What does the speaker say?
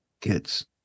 kids